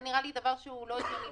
דבר שאינו הגיוני.